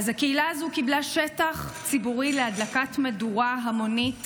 קיבלה שטח ציבורי להדלקת מדורה המונית